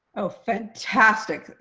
oh, fantastic.